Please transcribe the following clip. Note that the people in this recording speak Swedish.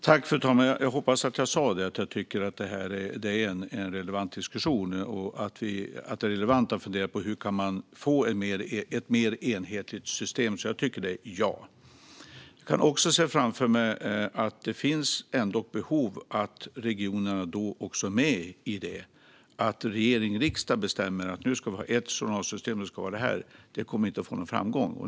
Fru talman! Jag hoppas att jag sa att jag tycker att det här är en relevant diskussion. Det är relevant att fundera på hur man kan få ett mer enhetligt system. Jag kan dock också se framför mig att det finns behov av att regionerna är med i den diskussionen. Att regering och riksdag bestämmer att man ska ha ett visst journalsystem kommer inte att få någon framgång.